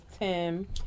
Tim